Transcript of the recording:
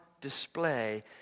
display